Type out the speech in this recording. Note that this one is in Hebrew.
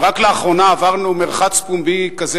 ורק לאחרונה עברנו מרחץ פומבי כזה,